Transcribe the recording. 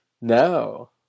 No